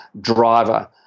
driver